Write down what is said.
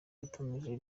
yatangaje